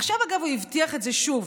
עכשיו, אגב, הוא הבטיח את זה שוב.